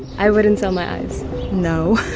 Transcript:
i wouldn't sell my eyes no